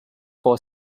for